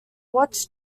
watch